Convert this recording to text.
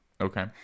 Okay